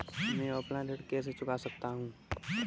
मैं ऑफलाइन ऋण कैसे चुका सकता हूँ?